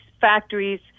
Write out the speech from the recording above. factories